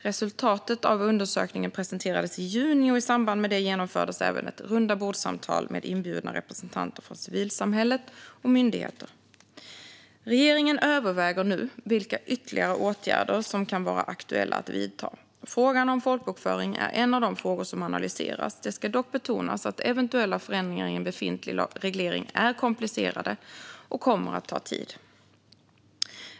Resultatet av undersökningen presenterades i juni, och i samband med det genomfördes även ett rundabordssamtal med inbjudna representanter från civilsamhället och myndigheter. Regeringen överväger nu vilka ytterligare åtgärder som kan vara aktuella att vidta. Frågan om folkbokföring är en av de frågor som analyseras. Det ska dock betonas att eventuella förändringar i en befintlig reglering är komplicerade och kommer att ta tid.